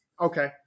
Okay